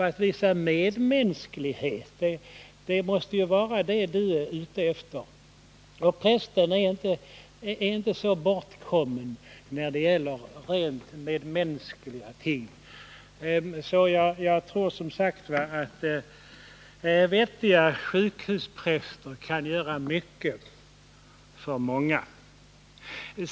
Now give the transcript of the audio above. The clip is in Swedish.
Att visa medmänsklighet måste vara det du är ute efter. Prästen är inte så bortkommen när det gäller rent medmänskliga ting. Jag tror som sagt var att vettiga sjukhuspräster kan göra mycket för många.